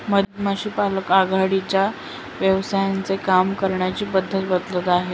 मधमाशी पालक आघाडीच्या व्यवसायांचे काम करण्याची पद्धत बदलत आहे